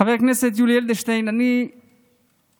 חבר הכנסת יולי אדלשטיין, אני הופתעתי